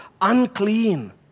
unclean